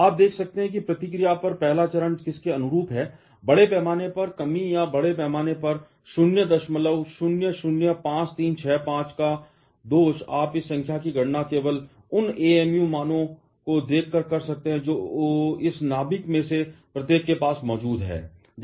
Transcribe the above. आप देख सकते हैं कि प्रतिक्रिया पर पहला चरण किसके अनुरूप है बड़े पैमाने पर कमी या बड़े पैमाने पर 0005365 का दोष आप इस संख्या की गणना केवल उन amu मानों को देखकर कर सकते हैं जो इस नाभिक में से प्रत्येक के पास मौजूद हैं